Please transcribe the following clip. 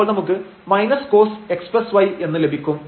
അപ്പോൾ നമുക്ക് cos xy എന്ന ലഭിക്കും